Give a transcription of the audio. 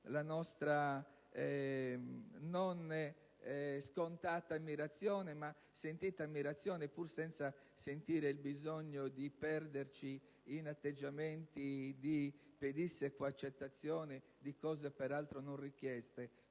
la nostra non scontata ma sentita ammirazione, pur senza sentire il bisogno di perderci in atteggiamenti di pedissequa accettazione di cose peraltro non richieste,